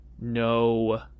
No